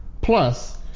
Plus